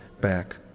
back